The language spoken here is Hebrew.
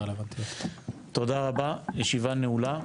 תודה רבה, הישיבה נעולה.